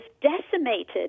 decimated